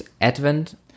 advent